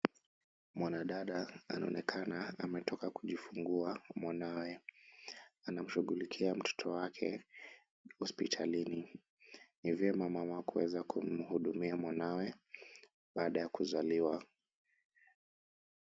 Mwanadada anaonekana ametoka kujifungua mwanawe. Anamshughulikia mtoto wake hospitalini. Ni vyema mama kuweza kumhudumia mwanawe baada ya kuzaliwa.